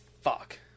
fuck